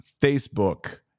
Facebook